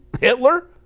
Hitler